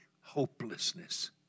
hopelessness